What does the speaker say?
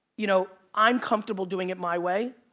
you know, i'm comfortable doing it my way.